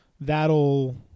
that'll